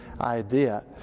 idea